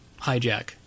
hijack